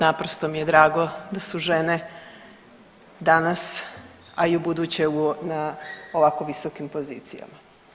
Naprosto mi je drago da su žene danas, a i ubuduće na ovako visokim pozicijama.